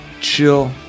chill